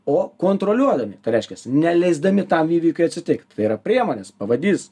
o kontroliuodami tai reiškiasi neleisdami tam įvykiui atsitikt tai yra priemonės pavadys